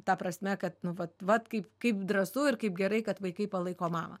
ta prasme kad nu vat vat kaip kaip drąsu ir kaip gerai kad vaikai palaiko mamą